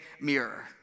mirror